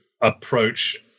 approach